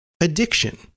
addiction